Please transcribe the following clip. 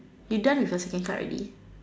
you done with your second card already